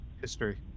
History